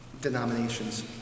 denominations